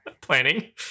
planning